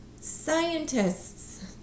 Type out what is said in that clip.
scientists